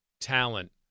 talent